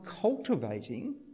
cultivating